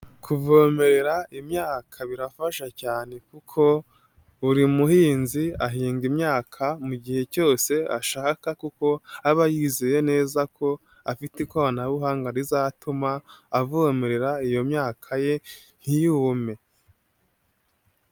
Kuvomera imyaka birafasha cyane kuko buri muhinzi ahinga imyaka mu gihe cyose ashaka, kuko aba yizeye neza ko afite ikoranabuhanga rizatuma avomerera iyo myaka ye ntiyume.